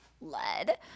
Lead